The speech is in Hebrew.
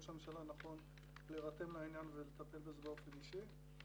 ראש הממשלה נכון להירתם לעניין ולטפל בזה באופן אישי.